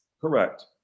Correct